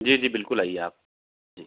जी जी बिल्कुल आइए आप जी